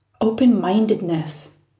open-mindedness